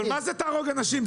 מה זה "תהרוג אנשים"?